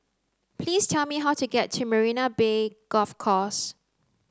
please tell me how to get to Marina Bay Golf Course